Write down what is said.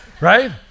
Right